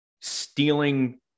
stealing